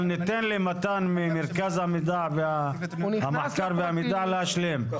אבל ניתן למתן ממרכז המחקר והמידע להשלים.